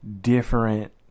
different